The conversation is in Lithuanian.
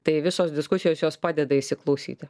tai visos diskusijos jos padeda įsiklausyti